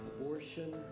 abortion